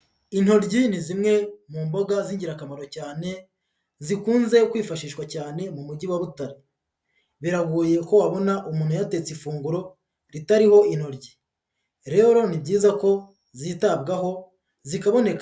Intoryi ni zimwe mu mboga z'ingirakamaro cyane zikunze kwifashishwa cyane mu mujyi wa Butare, biragoye ko wabona umuntu yatetse ifunguro ritariho intoryi, rero ni byiza ko zitabwaho zikaboneka.